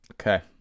okay